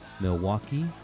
Milwaukee